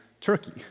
Turkey